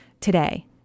today